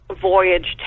voyage